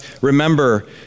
remember